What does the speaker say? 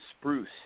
Spruce